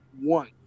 one